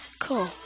Cool